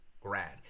grad